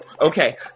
Okay